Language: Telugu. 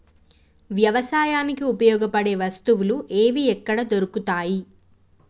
వ్యవసాయానికి ఉపయోగపడే వస్తువులు ఏవి ఎక్కడ దొరుకుతాయి?